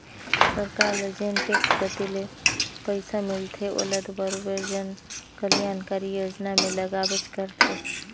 सरकार ल जेन टेक्स कती ले पइसा मिलथे ओला दो बरोबेर जन कलयानकारी योजना में लगाबेच करथे